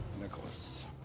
nicholas